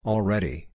Already